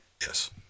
Yes